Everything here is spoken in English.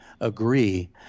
agree